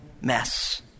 mess